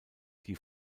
die